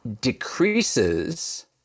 decreases